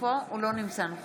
אינו נוכח